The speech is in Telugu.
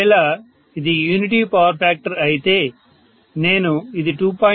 ఒకవేళ ఇది యూనిటీ పవర్ ఫ్యాక్టర్ అయితే నేను ఇది 2